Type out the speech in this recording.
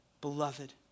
Beloved